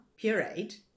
Pureed